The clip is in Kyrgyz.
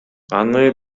аны